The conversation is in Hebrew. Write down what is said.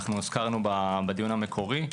הוזכרנו בדיון המקורי.